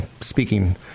speaking